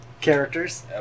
characters